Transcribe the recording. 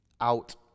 out